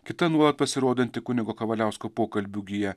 kita nuolat pasirodanti kunigo kavaliausko pokalbių gija